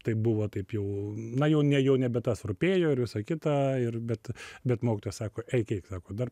tai buvo taip jau na jau ne jau nebe tas rūpėjo ir visa kita ir bet bet mokytoja sako eik eik sako dar